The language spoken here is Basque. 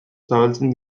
zabaltzen